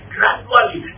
Gradually